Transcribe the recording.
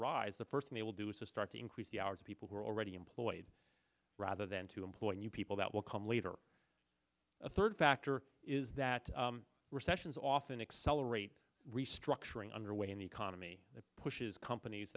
rise the first me will do is to start to increase the hours of people who are already employed rather than to employ new people that will come later a third factor is that recessions often accelerate restructuring underway in the economy that pushes companies